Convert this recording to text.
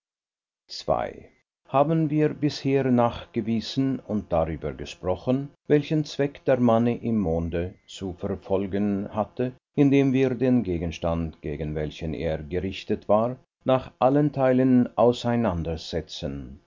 ii haben wir bisher nachgewiesen und darüber gesprochen welchen zweck der mann im monde zu verfolgen hatte indem wir den gegenstand gegen welchen er gerichtet war nach allen teilen auseinandersetzten